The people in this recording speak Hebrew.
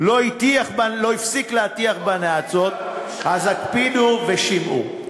לא הפסיק להטיח בה נאצות, אז הקפידו ושמעו: